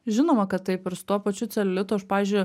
žinoma kad taip ir su tuo pačiu celiulitu aš pavyzdžiui